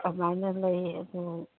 ꯑꯗꯨꯃꯥꯏꯅ ꯂꯩ ꯑꯗꯨ